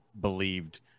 believed